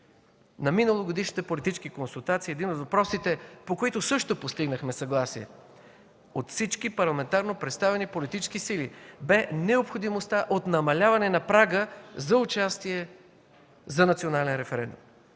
На миналогодишните политически консултации един от въпросите, по които също постигнахме съгласие от всички парламентарно представени политически сили, бе необходимостта от намаляване на прага за участие за национален референдум.